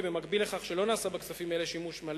כי במקביל לכך שלא נעשה בכספים אלה שימוש מלא,